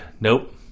nope